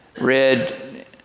read